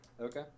okay